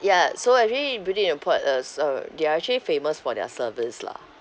ya so actually beauty in the pot is uh they are actually famous for their service lah